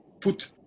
put